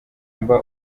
mba